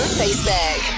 facebook